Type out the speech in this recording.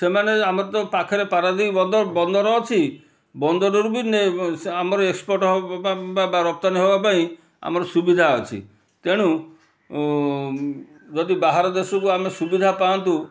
ସେମାନେ ଆମର ତ ପାଖରେ ପାରାଦ୍ୱୀପ ବଦର ବନ୍ଦର ଅଛି ବନ୍ଦରରୁ ବି ନେ ସେ ଆମର ଏକ୍ସପୋର୍ଟ୍ ବା ରପ୍ତାନୀ ହବାପାଇଁ ଆମର ସୁବିଧା ଅଛି ତେଣୁ ଯଦି ବାହାର ଦେଶକୁ ଆମେ ସୁବିଧା ପାଆନ୍ତୁ